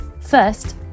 First